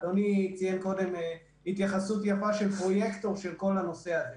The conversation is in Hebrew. אדוני ציין קודם התייחסות יפה של פרויקטור של כל הנושא הזה.